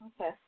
Okay